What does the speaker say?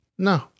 No